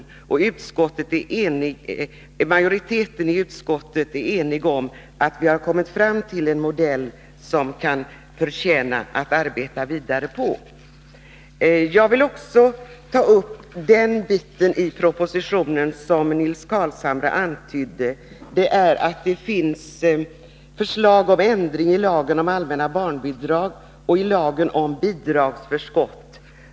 Majoriteten i utskottet är enig om att vi har kommit fram till en modell som kan förtjäna att arbeta vidare på. Jag vill också ta upp en del av propositionen som Nils Carlshamre antydde. I propositionen finns förslag om ändring i lagen om allmänna barnbidrag och ilagen om bidragsförskott.